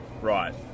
Right